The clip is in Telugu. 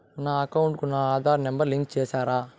నా అకౌంట్ కు నా ఆధార్ నెంబర్ లింకు చేసారా